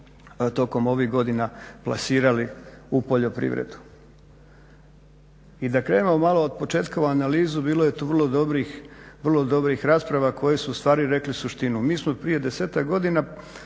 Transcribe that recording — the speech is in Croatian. tokom ovih godina plasirali u poljoprivredu. I da krenemo malo od početka u analizu bilo je tu vrlo dobrih rasprave koje su u stvari rekle suštinu. Mi smo prije desetak godina